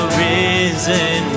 risen